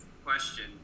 question